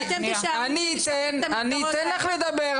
אתן לך לדבר,